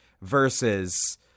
versus